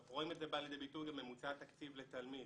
(שקף: ממוצע תקציב לתלמיד